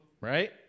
right